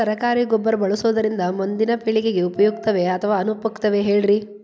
ಸರಕಾರಿ ಗೊಬ್ಬರ ಬಳಸುವುದರಿಂದ ಮುಂದಿನ ಪೇಳಿಗೆಗೆ ಉಪಯುಕ್ತವೇ ಅಥವಾ ಅನುಪಯುಕ್ತವೇ ಹೇಳಿರಿ